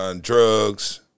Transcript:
Drugs